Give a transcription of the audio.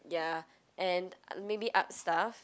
ya and maybe art stuff